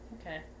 Okay